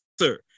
sir